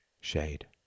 shade